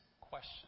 question